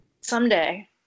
Someday